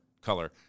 color